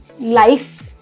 Life